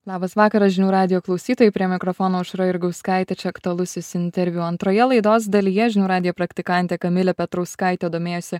labas vakaras žinių radijo klausytojai prie mikrofono aušra jurgauskaitė čia aktualusis interviu antroje laidos dalyje žinių radijo praktikantė kamilė petrauskaitė domėjosi